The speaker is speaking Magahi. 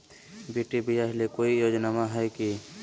बेटी ब्याह ले कोई योजनमा हय की?